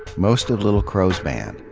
most of little crow's band,